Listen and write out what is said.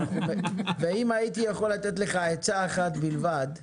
אם הייתי יכול לתת לך עצה אחת בלבד,